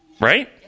right